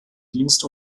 dienst